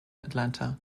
atlanta